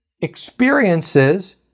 Experiences